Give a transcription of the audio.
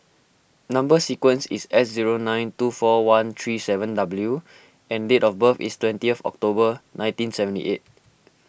Number Sequence is S zero nine two four one three seven W and date of birth is twentieth October nineteen seventy eight